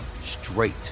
straight